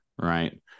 right